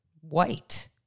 white